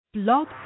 Blog